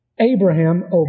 Abraham